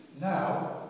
Now